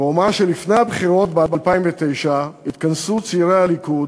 ואומר שלפני הבחירות ב-2009 התכנסו צעירי הליכוד,